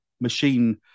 machine